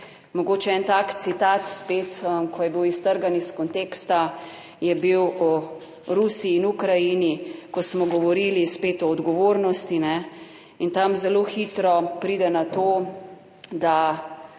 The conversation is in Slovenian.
Mogoče en tak citat spet, ko je bil iztrgan iz konteksta, je bil v Rusiji in Ukrajini, ko smo govorili spet o odgovornosti, ne in tam zelo hitro pride na to, da